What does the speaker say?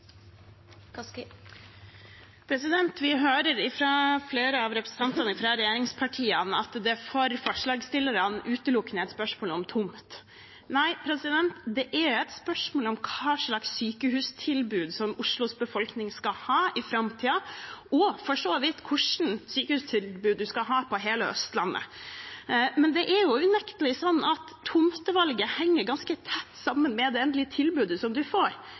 et spørsmål om tomt. Nei, det er et spørsmål om hva slags sykehustilbud Oslos befolkning skal ha i framtiden, og for så vidt hvilket sykehustilbud en skal ha på hele Østlandet. Men det er unektelig sånn at tomtevalget henger ganske tett sammen med det endelige tilbudet en får. Det er unektelig sånn at det er ganske stor forskjell i de planene som